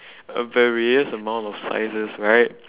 a various amount of sizes right